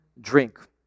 drink